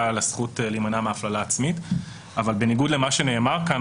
לגבי הזכות להימנע מהפללה עצמית אבל בניגוד למה שנאמר כאן,